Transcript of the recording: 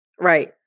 Right